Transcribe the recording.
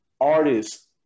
artists